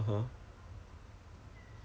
then !wah! 一直被 Sherwin grill sia